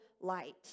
light